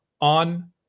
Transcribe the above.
on